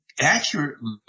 accurately